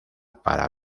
para